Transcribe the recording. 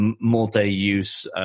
multi-use